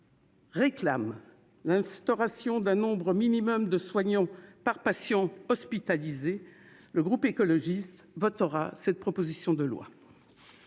l'instauration d'un nombre minimum de soignants par patient hospitalisé, le groupe écologiste votera cette proposition de loi.